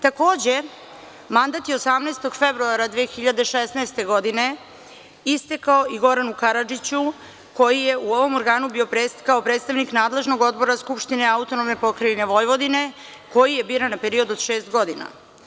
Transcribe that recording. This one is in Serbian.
Takođe, mandat je 18. februara 2016. godine istekao i Goranu Karadžiću, koji je u ovom organu bio kao predstavnik nadležnog odbora Skupštine AP Vojvodine, koji je biran na period od šest godina.